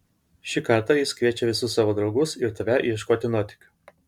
šį kartą jis kviečia visus savo draugus ir tave ieškoti nuotykių